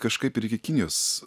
kažkaip ir iki kinijos